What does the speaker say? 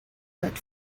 but